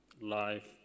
life